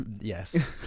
yes